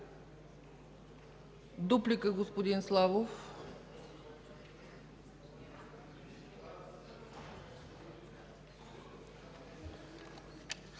Дуплика – господин Славов.